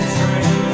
train